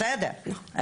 בסדר,